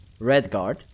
Redguard